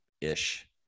ish